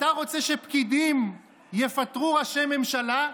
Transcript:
אתה רוצה שפקידים יפטרו ראשי ממשלה?"